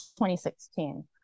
2016